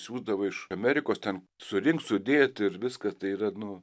siųsdavo iš amerikos ten surinkt sudėt ir viskas tai yra nu